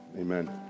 Amen